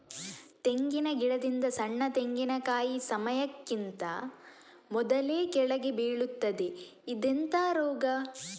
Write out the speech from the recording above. ತೆಂಗಿನ ಗಿಡದಿಂದ ಸಣ್ಣ ತೆಂಗಿನಕಾಯಿ ಸಮಯಕ್ಕಿಂತ ಮೊದಲೇ ಕೆಳಗೆ ಬೀಳುತ್ತದೆ ಇದೆಂತ ರೋಗ?